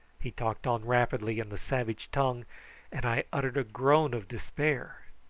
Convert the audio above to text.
he talked on rapidly in the savage tongue and i uttered a groan of despair.